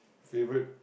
favourite